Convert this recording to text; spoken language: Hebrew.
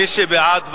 מי שבעד ועדה,